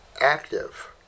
active